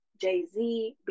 Jay-Z